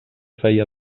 feia